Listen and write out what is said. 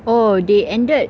oh they ended